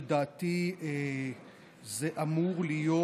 לדעתי זה אמור להיות,